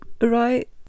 right